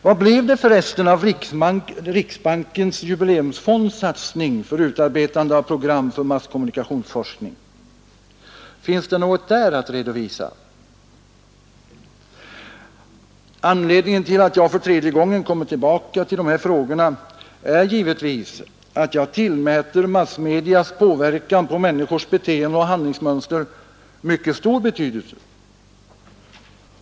Vad blev det för resten av Riksbankens jubileumsfonds satsning för utarbetande av program för masskommunikationsforskning? Finns det något där att redovisa? Anledningen till att jag för tredje gången kommer tillbaka till dessa frågor är givetvis att jag tillmäter massmedias påverkan på människors beteenden och handlingsmönster mycket stor betydelse.